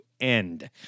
end